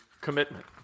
commitment